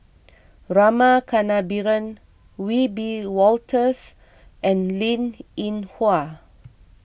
Rama Kannabiran Wiebe Wolters and Linn in Hua